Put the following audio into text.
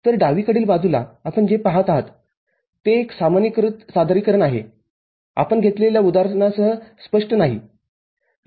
तरडावीकडील बाजूला आपण जे पहात आहात ते एक सामान्यीकृत सादरीकरण आहेआपण घेतलेल्या उदाहरणास स्पष्ट नाही